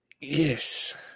yes